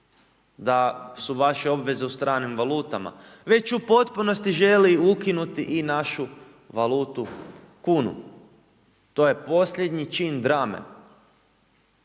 da su vaše obveze u stranim valutama, već u potpunosti želi ukinuti i našu valutu kunu. To je posljednji čin drame,